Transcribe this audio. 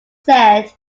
said